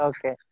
Okay